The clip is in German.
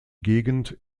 gegend